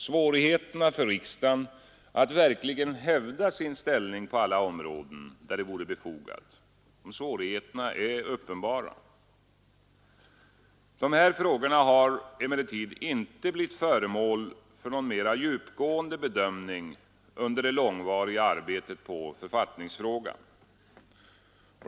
Svårigheterna för riksdagen att verkligen hävda sin ställning på alla de områden där det vore befogat är uppenbara. Dessa frågor har emellertid inte blivit föremål för någon mera djupgående bedömning under det långvariga arbetet på författningsfrågan.